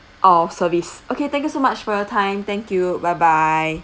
of service okay thank you so much for your time thank you bye bye